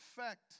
effect